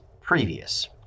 previous